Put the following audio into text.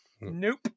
Nope